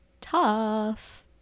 tough